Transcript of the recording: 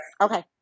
Okay